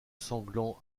sanglant